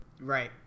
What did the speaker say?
Right